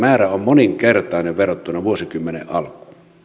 määrä on moninkertainen verrattuna vuosikymmenen alkuun